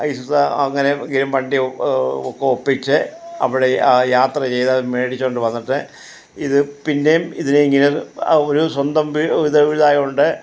പൈസ അങ്ങനെ എങ്കിലും വണ്ടി ഓ ഒപ്പിച്ച് അവിടെ യാത്ര ചെയ്ത് അത് മേടിച്ചോണ്ട് വന്നിട്ട് ഇത് പിന്നേം ഇതിനെ ഇങ്ങനെ ഒരു സ്വന്തം ഈ ഇതായതുകൊണ്ട്